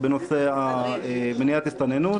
התשפ"א-2020 (מ/1375),